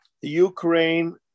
Ukraine